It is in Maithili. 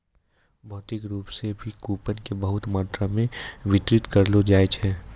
भौतिक रूप से भी कूपन के बहुते मात्रा मे वितरित करलो जाय छै